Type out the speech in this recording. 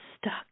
stuck